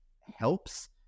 helps